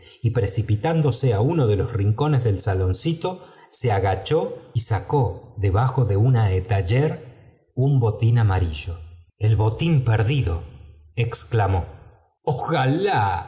y precipitándose á uno de los rincones del saloncíto se agachó y sacó de debajo de una étagére un botín amarillo j el botín perdido exclamó jj ojalá